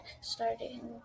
starting